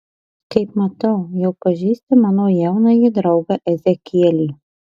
kaip matau jau pažįsti mano jaunąjį draugą ezekielį